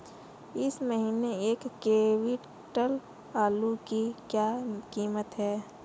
इस महीने एक क्विंटल आलू की क्या कीमत है?